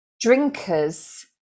drinkers